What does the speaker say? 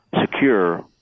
secure